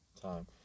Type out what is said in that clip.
time